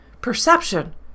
Perception